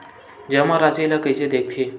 जमा राशि ला कइसे देखथे?